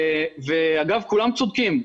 ואגב כולם צודקים,